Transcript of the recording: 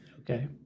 Okay